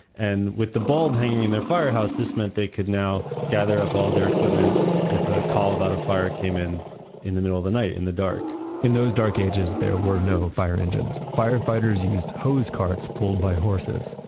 and with the bulb hanging in their firehouse, this meant they could now gather up all their equipment if a call about a fire came in in the middle of the night, in the dark in those dark ages, there were no fire engines. firefighters used hose carts pulled by horses.